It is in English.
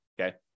Okay